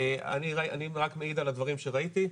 אני רק מעיד על הדברים שראיתי.